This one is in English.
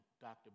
Dr